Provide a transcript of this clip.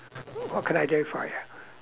what can I do for you